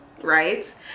right